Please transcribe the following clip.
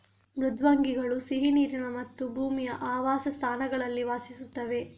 ಮೃದ್ವಂಗಿಗಳು ಸಿಹಿ ನೀರಿನ ಮತ್ತು ಭೂಮಿಯ ಆವಾಸಸ್ಥಾನಗಳಲ್ಲಿ ವಾಸಿಸುತ್ತವೆ